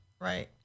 Right